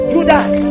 Judas